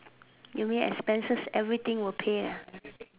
you mean expenses everything will pay